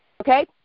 okay